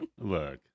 Look